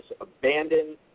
abandoned